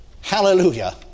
hallelujah